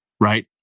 right